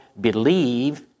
believe